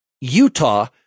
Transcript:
Utah